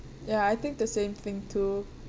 ya I think the same thing too